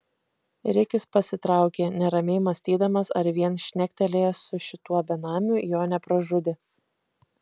rikis pasitraukė neramiai mąstydamas ar vien šnektelėjęs su šituo benamiu jo nepražudė